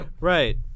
Right